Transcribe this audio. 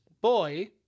boy